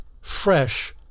fresh